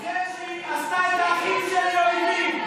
על זה שהיא עשתה את האחים שלי אויבים,